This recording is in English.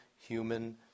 human